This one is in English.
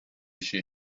she